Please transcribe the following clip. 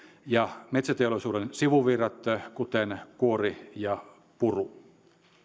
ja metsäteollisuuden sivuvirrat kuten kuori ja puru